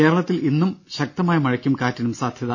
കേരളത്തിൽ ഇന്നും ശക്തമായ മഴയ്ക്കും കാറ്റിനും സാധ്യത